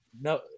no